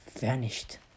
vanished